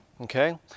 Okay